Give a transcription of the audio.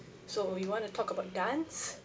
so you want to talk about dance